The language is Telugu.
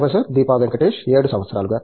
ప్రొఫెసర్ దీపా వెంకటేష్ 7 సంవత్సరాలుగా